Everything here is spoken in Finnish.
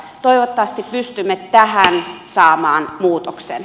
toivottavasti pystymme tähän saamaan muutoksen